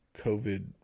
COVID